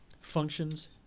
functions